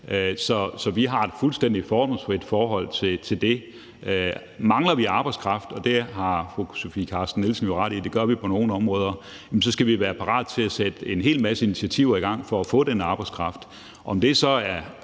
Så vi har et fuldstændig fordomsfrit forhold til det. Mangler vi arbejdskraft, og det har fru Sofie Carsten Nielsen jo ret i at vi gør på nogle områder, så skal vi være parate til at sætte en hel masse initiativer i gang for at få den arbejdskraft. Om det så er